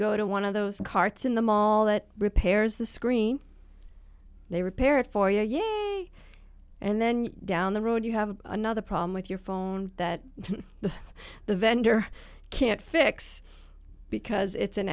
go to one of those carts in the mall that repairs the screen they repair it for you yeah and then down the road you have another problem with your phone that the vendor can't fix because it's an